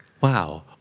Wow